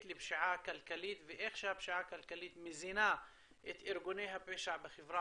לפשיעה כלכלית ואיך שהפשיעה הכלכלית מזינה את ארגוני הפשע בחברה